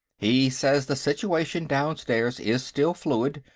he says the situation downstairs is still fluid,